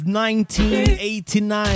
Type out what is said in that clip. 1989